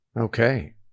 okay